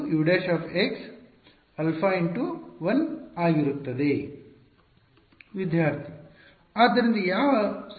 ವಿದ್ಯಾರ್ಥಿ ಆದ್ದರಿಂದ ಯಾವ ಸಮಯದಲ್ಲಿ ಉಲ್ಲೇಖ ಸಮಯ 1834